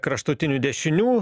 kraštutinių dešinių